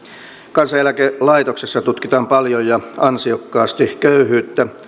kansaneläkelaitoksessa tutkitaan paljon ja ansiokkaasti köyhyyttä